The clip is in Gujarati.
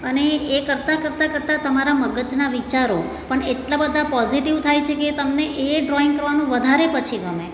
અને એ કરતાં કરતાં કરતાં તમારા મગજના વિચારો પણ એટલા બધા પોઝિટિવ થાય છે કે તમને એ ડ્રોઈંગ કરવાનું વધારે પછી ગમે